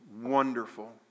wonderful